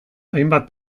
hainbat